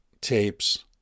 tapes